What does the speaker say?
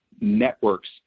networks